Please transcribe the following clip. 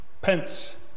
Pence